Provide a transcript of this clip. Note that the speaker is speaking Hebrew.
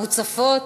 מוצפות,